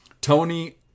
Tony